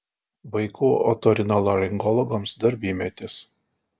vaikų otorinolaringologams darbymetis